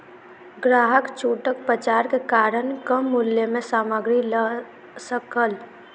ग्राहक छूटक पर्चाक कारण कम मूल्य में सामग्री लअ सकल